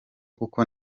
kuko